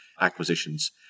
acquisitions